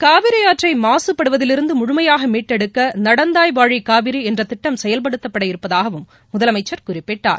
காவிரி ஆற்றை மாசுபடுவதிலிருந்து முழுமையாக மீட்டெடுக்க நடந்தாய் வாழி காவேரி என்ற திட்டம் செயல்படுத்தப்பட இருப்பதாகவும் முதலமைச்சர் குறிப்பிட்டார்